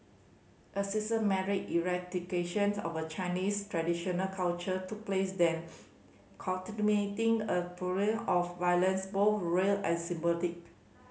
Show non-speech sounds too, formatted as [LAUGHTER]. a systematic eradication of a Chinese traditional culture took place then [NOISE] culminating a [UNINTELLIGIBLE] of violence both real and symbolic